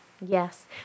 Yes